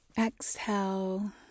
Exhale